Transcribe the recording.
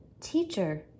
Teacher